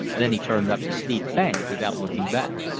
then he turned up the steep bank without looking back.